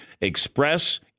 Express